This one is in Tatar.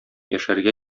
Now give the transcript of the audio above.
яшәргә